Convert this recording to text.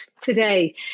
today